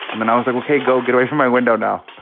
and then i was like, ok, go get away from my window now.